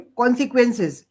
consequences